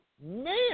Man